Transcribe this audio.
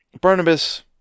Barnabas